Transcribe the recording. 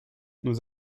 nous